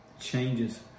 changes